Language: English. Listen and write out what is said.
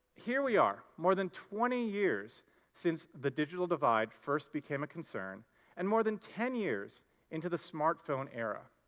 here we are, more than twenty years since the digital divide first became a concern and more than ten years into the smartphone era.